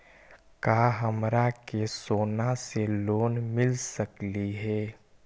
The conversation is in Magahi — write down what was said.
का हमरा के सोना से लोन मिल सकली हे?